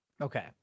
Okay